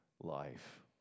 life